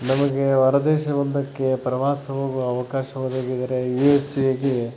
ನಮಗೆ ಹೊರದೇಶವೊಂದಕ್ಕೆ ಪ್ರವಾಸ ಹೋಗುವ ಅವಕಾಶ ಒದಗಿದರೆ ಯು ಎಸ್ ಎಗೆ